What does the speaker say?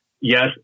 yes